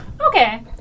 Okay